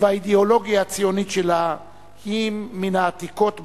והאידיאולוגיה הציונית שלה הן מן העתיקות בעולם.